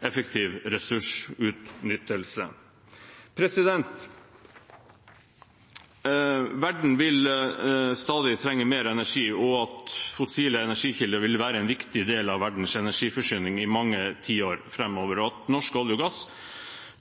effektiv ressursutnyttelse. Verden vil stadig trenge mer energi. Fossile energikilder vil være en viktig del av verdens energiforsyning i mange tiår framover, og norsk olje og gass